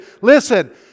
listen